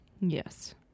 Yes